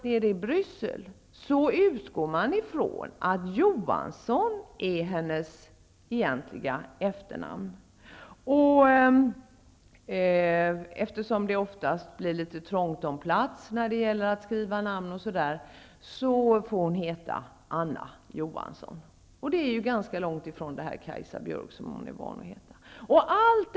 Nere i Bryssel utgår man nämligen från att Johansson är hennes egentliga efternamn. Eftersom det ofta är trångt om plats där man skall skriva namnet får hon heta Anna Johansson. Det är ju ganska långt från Kajsa Björk, som hon är van att heta.